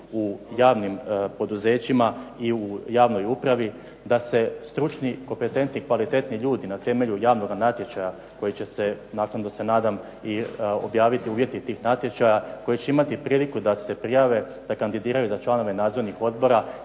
u javnim poduzećima i javnoj upravi, da se stručni, kompetentni, kvalitetni ljudi na temelju javnog natječaja koji će se naknadno se nadam i objaviti uvjeti tih natječaja, koji će imati priliku da se prijave, da kandidiraju za članove nadzornih odbora